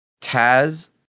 taz